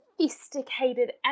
sophisticated